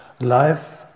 life